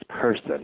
person